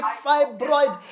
fibroid